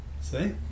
see